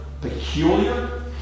peculiar